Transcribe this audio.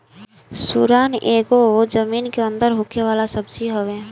सुरन एगो जमीन के अंदर होखे वाला सब्जी हअ